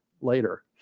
later